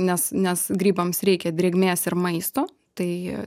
nes nes grybams reikia drėgmės ir maisto tai